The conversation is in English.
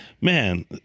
man